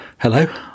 Hello